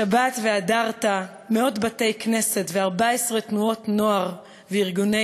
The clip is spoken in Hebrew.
שבת "והדרת" מאות בתי-כנסת ו-14 תנועות נוער וארגוני